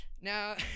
Now